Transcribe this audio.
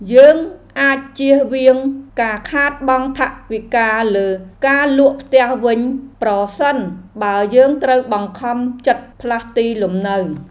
យើងអាចជៀសវាងការខាតបង់ថវិកាលើការលក់ផ្ទះវិញ ប្រសិនបើយើងត្រូវបង្ខំចិត្តផ្លាស់ទីលំនៅ។